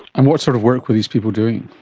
and what sort of work were these people doing?